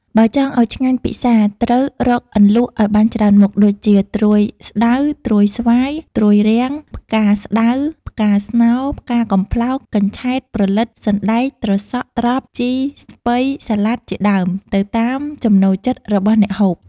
បើចង់ឱ្យឆ្ងាញ់ពិសា ត្រូវរកអន្លក់ឱ្យបានច្រើនមុខ ដូចជា ត្រួយស្ដៅ ត្រួយស្វាយ ត្រួយរាំង ផ្កាស្ដៅ ផ្កាស្នោ ផ្កាកំប្លោក កញ្ឆែត ព្រលិត សណ្ដែក ត្រសក់ ត្រប់ ជី ស្ពៃ សាលាដ ជាដើម ទៅតាមចំណូលចិត្តរបស់អ្នកហូប។